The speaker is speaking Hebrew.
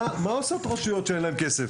מה עושות רשויות שאין להן כסף?